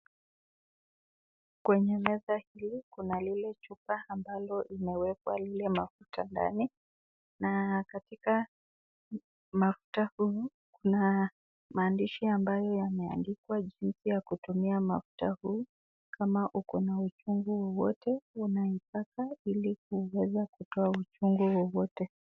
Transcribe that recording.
Kwenye meza hii kuna lile chupa ambalo linawekwa lile mafuta ndani na katika mafuta huu kuna maandishi ambayo yameandikwa jinsi ya kutumia mafuta huu kama uko na uchungu wowote unaupaka ili kuweza kutoa uchungu wowote.